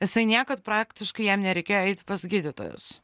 jisai niekad praktiškai jam nereikėjo eit pas gydytojus